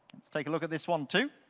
let's take a look at this one, too.